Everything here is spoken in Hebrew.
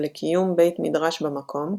ולקיום בית מדרש במקום,